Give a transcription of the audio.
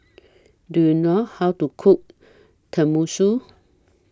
Do YOU know How to Cook Tenmusu